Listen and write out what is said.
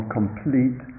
complete